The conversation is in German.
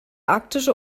arktische